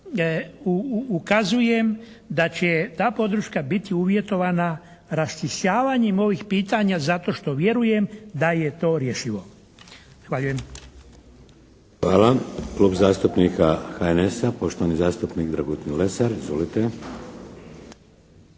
Ukazujem da će ta podrška biti uvjetovana raščišćavanjem ovih pitanja zato što vjerujem da je to rješivo. Zahvaljujem. **Šeks, Vladimir (HDZ)** Hvala. Klub zastupnika HNS-a, poštovani zastupnik Dragutin Lesar. Izvolite.